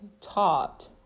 taught